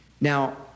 Now